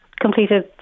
completed